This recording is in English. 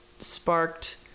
sparked